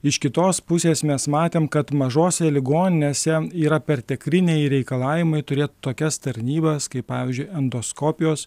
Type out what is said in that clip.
iš kitos pusės mes matėm kad mažose ligoninėse yra pertekliniai reikalavimai turėt tokias tarnybas kaip pavyzdžiui endoskopijos